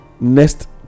next